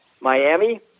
Miami